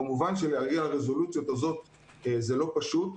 כמובן שלהגיע לרזולוציה הזאת זה לא פשוט,